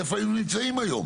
איפה היינו נמצאים היום.